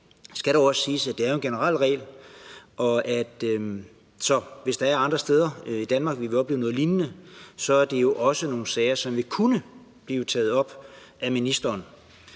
det skal dog også siges, at det er en generel regel, så hvis der er andre steder i Danmark, hvor man vil komme til at opleve noget lignende, så vil de sager jo også kunne blive taget op af ministeren.